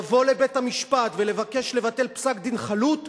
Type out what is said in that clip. לבוא לבית-המשפט ולבקש לבטל פסק-דין חלוט,